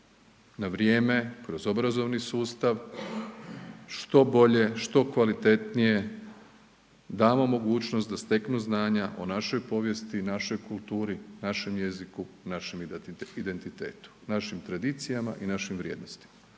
na vrijeme, kroz obrazovni sustav, što bolje, što kvalitetnije damo mogućnost da steknu znanja o našoj povijesti i našoj kulturi, našem jeziku, našem identitetu, našim tradicijama i našim vrijednostima,